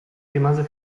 rimase